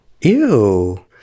Ew